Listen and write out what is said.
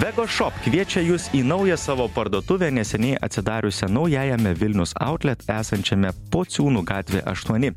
vegošop kviečia jus į naują savo parduotuvę neseniai atsidariusią naujajame vilnius autlet esančiame pociūnų gatvė aštuoni